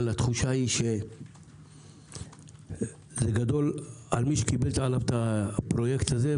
אבל התחושה היא שזה גדול על מי שקיבל עליו את הפרויקט הזה,